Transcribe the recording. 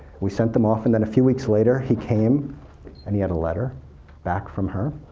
we sent them off, and then a few weeks later, he came and he had a letter back from her.